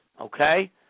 Okay